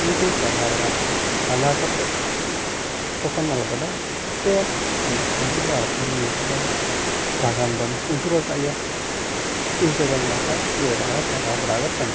ᱩᱱᱠᱩ ᱪᱟᱨᱦᱟᱣ ᱵᱟᱲᱟ ᱵᱷᱟᱜᱟᱣ ᱠᱟᱛᱮ ᱛᱚᱠᱷᱚᱱ ᱟᱞᱮ ᱫᱚᱞᱮ ᱮᱱᱛᱮᱫ ᱢᱤᱫ ᱯᱷᱩᱲᱩᱜ ᱵᱟᱨ ᱯᱷᱩᱲᱩᱜ ᱫᱚᱢ ᱧᱩ ᱞᱮᱠᱷᱟᱱ ᱛᱷᱚᱲᱟ ᱜᱟᱱ ᱫᱚᱢ ᱩᱞᱴᱟᱹ ᱯᱟᱞᱴᱟ ᱜᱮᱭᱟ ᱩᱞᱴᱟ ᱞᱮᱱᱠᱷᱟᱱ ᱜᱟᱹᱭ ᱰᱟᱹᱝᱨᱟ ᱪᱟᱨᱦᱟᱣ ᱵᱟᱲᱟ ᱠᱟᱛᱮ